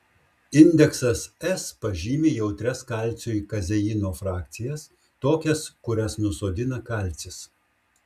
indeksas s pažymi jautrias kalciui kazeino frakcijas tokias kurias nusodina kalcis